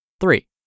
Three